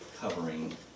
covering